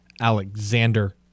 Alexander